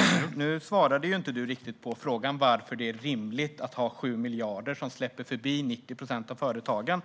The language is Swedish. Herr talman! Nu svarade du inte riktigt på frågan varför det är rimligt att ha en gräns på 7 miljarder som släpper förbi 90 procent av företagen.